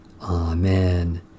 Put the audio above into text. Amen